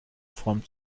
form